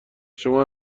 شما